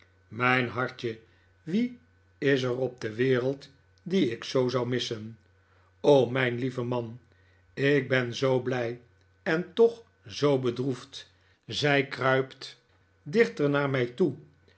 mijn hartje wie is er op de wereld die ik zoo zou missen o mijn lieve man ik ben zoo blij en toch zoo bedroefd zij kruipt dichter naar mij toe